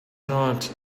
not